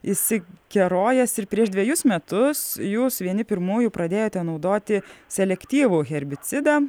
išsikerojęs ir prieš dvejus metus jūs vieni pirmųjų pradėjote naudoti selektyvų herbicidą